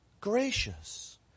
gracious